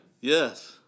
Yes